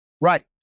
Right